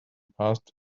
past